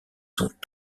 sont